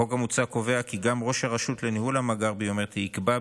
החוק המוצע קובע גם כי ראש הרשות לניהול המאגר הביומטרי יקבע,